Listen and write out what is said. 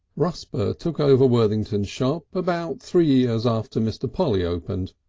rusper took over worthington's shop about three years after mr. polly opened.